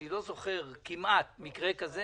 אני לא זוכר כמעט מקרה כזה